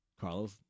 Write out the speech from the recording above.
Carlos